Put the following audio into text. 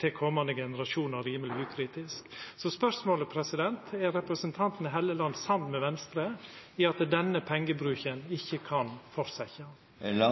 til komande generasjonar rimeleg ukritisk. Så spørsmålet er: Er representanten Helleland samd med Venstre i at denne pengebruken ikkje kan fortsetja? Nå